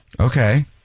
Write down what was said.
Okay